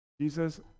Jesus